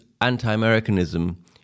anti-Americanism